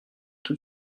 tout